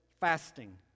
fasting